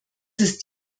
ist